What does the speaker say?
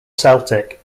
celtic